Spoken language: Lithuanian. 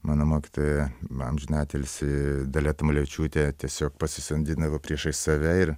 mano mokytoja amžiną atilsį dalia tamulevičiūtė tiesiog pasisodindavo priešais save ir